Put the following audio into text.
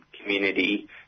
community